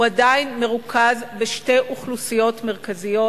הוא עדיין מרוכז בשתי אוכלוסיות מרכזיות,